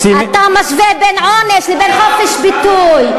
אתה משווה בין עונש לבין חופש ביטוי.